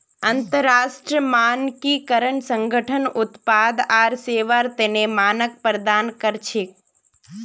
अंतरराष्ट्रीय मानकीकरण संगठन उत्पाद आर सेवार तने मानक प्रदान कर छेक